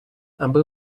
аби